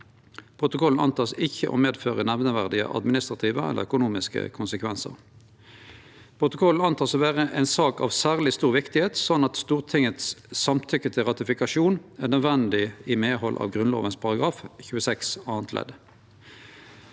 protokollen ikkje vil medføre nemnande administrative eller økonomiske konsekvensar. Protokollen vert antatt å vere ei sak av særleg stor viktigheit, slik at Stortingets samtykke til ratifikasjon er nødvendig i medhald av Grunnloven § 26